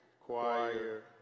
choir